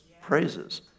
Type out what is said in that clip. praises